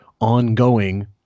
ongoing